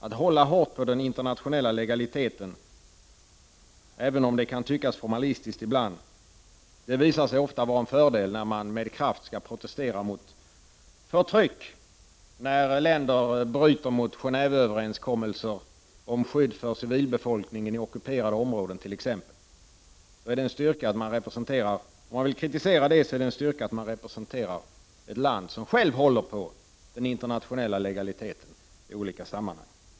Att hålla hårt på den internationella legaliteten, även om det ibland tycks formalistiskt, visar sig ofta vara en fördel när man med kraft vill protestera mot förtryck, t.ex. när länder bryter mot Genéåve-överenskommelser om skydd för civilbefolkningen i ockuperade områden. Om man vill kritisera det är det en styrka att man representerar ett land som självt håller på den internationella legaliteten i olika sammanhang.